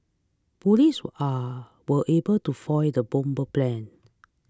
police are were able to foil the bomber's plans